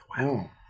Wow